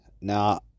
now